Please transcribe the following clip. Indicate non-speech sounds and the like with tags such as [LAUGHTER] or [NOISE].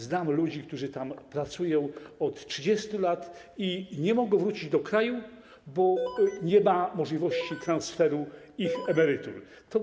Znam ludzi, którzy tam pracują od 30 lat, i nie mogą wrócić do kraju, bo [NOISE] nie ma możliwości transferu ich emerytur.